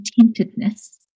contentedness